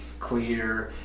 clear,